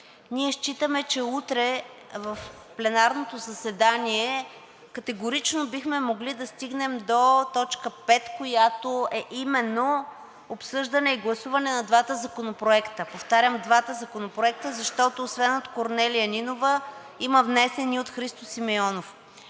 ние считаме, че утре в пленарното заседание категорично бихме могли да стигнем до точка пет, която е именно обсъждане и гласуване на двата законопроекта, повтарям, двата законопроекта, защото освен от Корнелия Нинова има внесен и от Христо Симеонов.